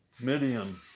Midian